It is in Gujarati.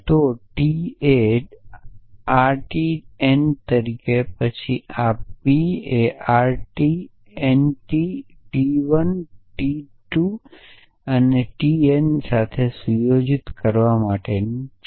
તો ટી એ આર્ટી એન તરીકે પછી આ P A R T N T 1 T 2 T N સાથે સુયોજિત કરવા માટે છે